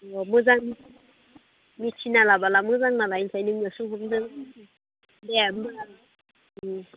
अ मोजां मिथिना लाबाला मोजां नालाय ओंखायनो नोंनाव सोंहरदों दे होमब्ला